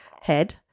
head